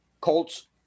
Colts